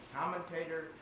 commentator